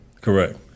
Correct